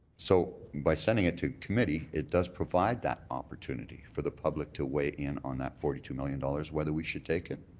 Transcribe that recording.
so by sending it to committee, it does provide that opportunity. for the public to weigh in on that forty two million dollars whether we should take it,